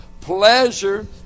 Pleasure